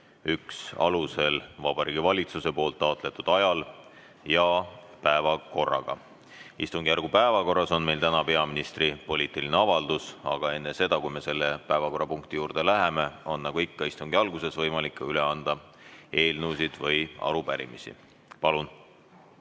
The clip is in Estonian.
1 alusel Vabariigi Valitsuse poolt taotletud ajal ja päevakorraga. Istungjärgu päevakorras on meil täna peaministri poliitiline avaldus. Aga enne seda, kui me selle päevakorrapunkti juurde läheme, on nagu ikka istungi alguses võimalik üle anda eelnõusid või arupärimisi. Palun!